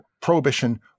prohibition